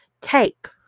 take